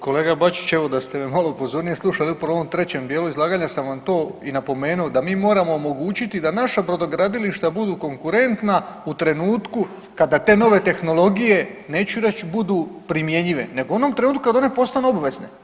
Kolega Bačić, evo da ste me malo pozornije slušali upravo u ovom trećem dijelu izlaganja sam vam to i napomenuo da mi moramo omogućiti da naša brodogradilišta budu konkurentna u trenutku kada te nove tehnologije neću reći budu primjenjive, nego u onom trenutku kada one postanu obvezne.